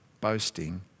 boasting